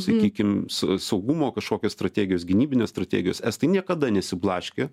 sakykim sau saugumo kažkokios strategijos gynybinės strategijos estai niekada nesiblaškė